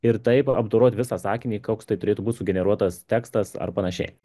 ir taip apdoroti visą sakinį koks tai turėtų būt sugeneruotas tekstas ar panašiai